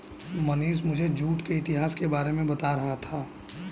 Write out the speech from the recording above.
मनीष मुझे जूट के इतिहास के बारे में बता रहा था